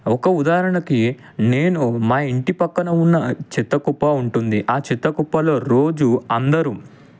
ఒక ఉదాహరణకి నేను మా ఇంటి పక్కన ఉన్న చెత్త కుప్ప ఉంటుంది ఆ చెత్తకుప్పలో రోజు అందరు